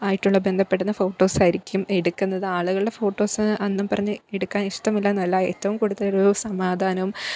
ആയിട്ടുള്ള ബന്ധപ്പെടുന്ന ഫോട്ടോസായിരിക്കും എടുക്കുന്നത് ആളുകളുടെ ഫോട്ടോസ് എന്നും പറഞ്ഞ് എടുക്കാൻ ഇഷ്ടമില്ലാ എന്നല്ല ഏറ്റവും കൂടുതലൊരു സമാധാനം